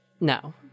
No